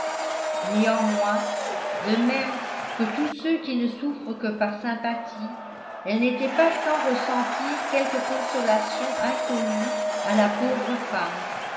néanmoins de même que tous ceux qui ne souffrent que par sympathie elle n'était pas sans ressentir quelque consolation inconnue à la pauvre femme